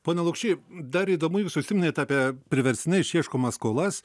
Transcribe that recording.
pone lukšy dar įdomu jūs užsiminėt apie priverstinai išieškomas skolas